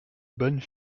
bonne